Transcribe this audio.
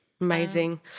Amazing